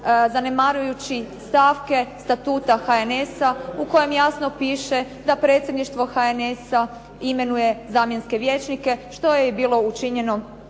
zanemarujući stavke Statuta HNS-a u kojem jasno piše da predsjedništvo HNS-a imenuje zamjenske vijećnike, što je i bilo učinjeno